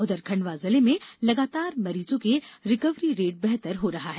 उधर खण्डवा जिले में लगातार मरीजों के रिकवरी रेट बेहतर हो रहा है